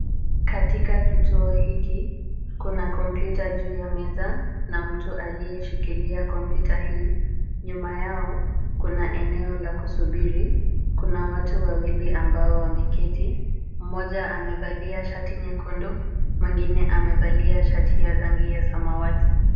Katika kutoa hiki, kuna computer juu ya meza, na mtu aliyeshikilia computer hii. nyuma yao kuna eneo la kusubiri, kuna watu wawili ambao wameketi, mmoja amevalia shati nyekundu, mwingine amevalia shati ya rangi ya samawati.